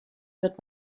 wird